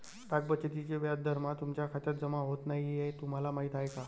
डाक बचतीचे व्याज दरमहा तुमच्या खात्यात जमा होत नाही हे तुम्हाला माहीत आहे का?